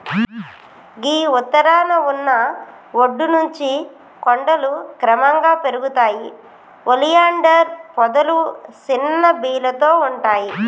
గీ ఉత్తరాన ఉన్న ఒడ్డు నుంచి కొండలు క్రమంగా పెరుగుతాయి ఒలియాండర్ పొదలు సిన్న బీలతో ఉంటాయి